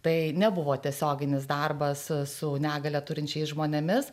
tai nebuvo tiesioginis darbas su negalią turinčiais žmonėmis